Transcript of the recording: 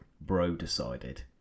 bro-decided